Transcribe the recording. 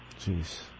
Jeez